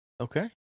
Okay